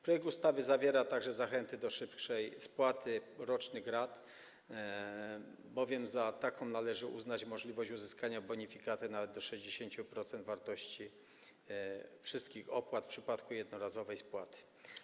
Projekt ustawy zawiera także zachęty do szybszej spłaty rocznych rat, bowiem za taką zachętę należy uznać możliwość uzyskania bonifikaty nawet do 60% wysokości wszystkich opłat w przypadku jednorazowej spłaty.